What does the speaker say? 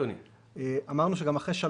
זה פתוח.